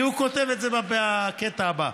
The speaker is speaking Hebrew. כי הוא כותב את זה בקטע הבא: